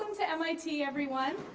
to mit, everyone.